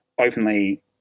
openly